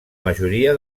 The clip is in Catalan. majoria